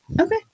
Okay